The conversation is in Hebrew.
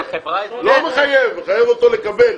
מחייב, מחייב אותו לקבל.